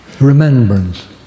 remembrance